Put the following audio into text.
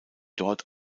dort